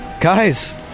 Guys